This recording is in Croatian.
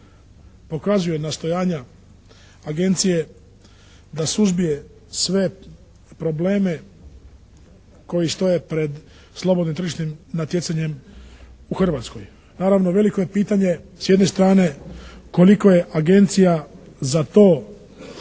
pokazuje nastojanja Agencije da suzbije sve probleme koji stoje pred slobodnim tržišnim natjecanjem u Hrvatskoj. Naravno, veliko je pitanje s jedne strane koliko je Agencija za to